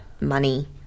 money